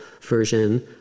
version